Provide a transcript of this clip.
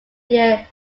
year